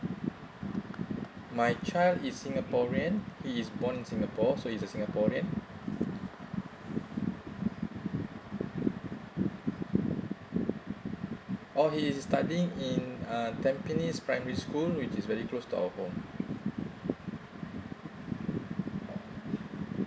my child is singaporean he is born in singapore so he's a singaporean oh he is studying in uh tampines primary school which is very close to our home